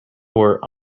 were